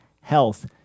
HEALTH